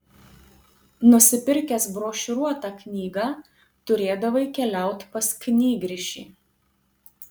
nusipirkęs brošiūruotą knygą turėdavai keliaut pas knygrišį